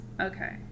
okay